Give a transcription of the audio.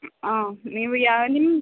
ಹ ನೀವು ಯ ನಿಮ್ಮ